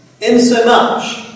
insomuch